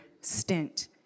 stint